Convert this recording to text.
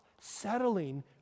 settling